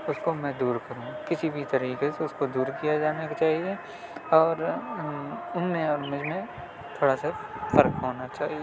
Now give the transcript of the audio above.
اس کو میں دور کروں کسی بھی طریقے سے اس کو دور کیا جانا چاہیے اور ان میں اور مجھ میں تھوڑا سا فرق ہونا چاہیے